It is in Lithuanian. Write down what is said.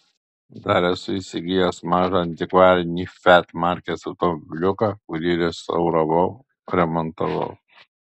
dar esu įsigijęs mažą antikvarinį fiat markės automobiliuką kurį restauravau remontavau